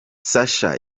sacha